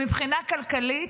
מבחינה כלכלית,